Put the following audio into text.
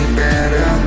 better